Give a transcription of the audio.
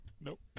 Nope